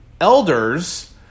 elders